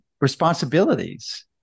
responsibilities